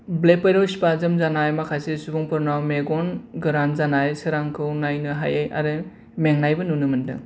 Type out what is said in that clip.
blepharospasm जानाय माखासे सुबुंफोरनाव मेगन गोरान जानाय सोरांखौ नायनि हायि आरो मेंनायबो नुनो मोन्दों